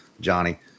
Johnny